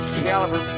caliber